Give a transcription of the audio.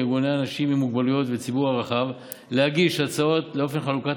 לארגוני אנשים עם מוגבלויות ולציבור הרחב להגיש הצעות לאופן חלוקת